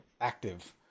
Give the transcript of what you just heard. active